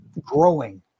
growing